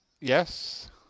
Yes